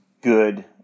good